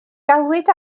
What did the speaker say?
galwyd